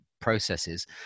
processes